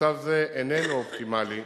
מצב זה איננו אופטימלי,